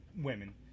women